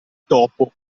topo